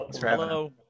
hello